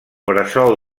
bressol